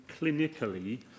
clinically